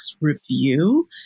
review